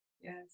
Yes